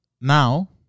Now